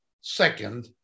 second